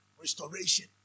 Restoration